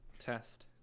Test